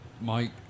Mike